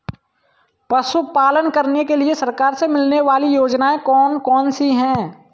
पशु पालन करने के लिए सरकार से मिलने वाली योजनाएँ कौन कौन सी हैं?